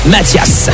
Matthias